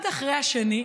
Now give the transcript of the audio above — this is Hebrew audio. אחד אחרי השני,